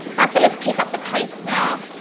that's it let's pick up the pace now.